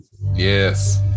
Yes